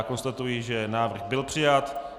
Konstatuji, že návrh byl přijat.